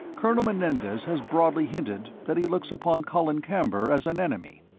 colonel menendez has broadly hinted that he looks upon colin camber as an enemy.